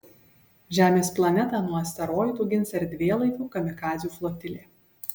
žemės planetą nuo asteroidų gins erdvėlaivių kamikadzių flotilė